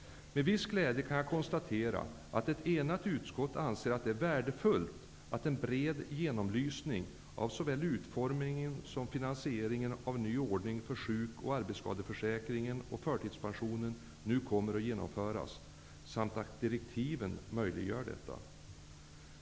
Med viss glädje kan jag konstatera att ett enat utskott anser det värdefullt att en bred genomlysning av såväl utformningen som finansieringen av en ny ordning för sjuk och arbetsskadeförsäkringen och förtidspensionen nu kommer att genomföras samt att direktiven möjliggör detta.